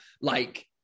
like-